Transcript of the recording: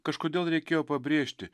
kažkodėl reikėjo pabrėžti